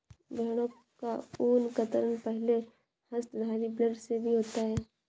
भेड़ों का ऊन कतरन पहले हस्तधारी ब्लेड से भी होता है